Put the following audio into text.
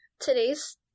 today's